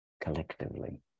collectively